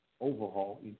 overhaul